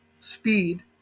speed